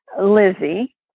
Lizzie